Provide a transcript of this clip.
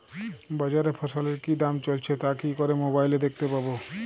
বাজারে ফসলের কি দাম চলছে তা কি করে মোবাইলে দেখতে পাবো?